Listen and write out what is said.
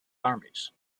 armies